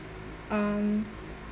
um